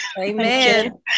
amen